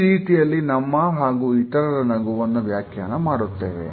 ಈ ರೀತಿಯಲ್ಲಿ ನಮ್ಮ ಹಾಗೂ ಇತರರ ನಗುವನ್ನು ವ್ಯಾಖ್ಯಾನ ಮಾಡುತ್ತೇವೆ